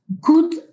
good